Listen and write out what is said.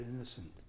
innocent